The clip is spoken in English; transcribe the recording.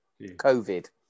COVID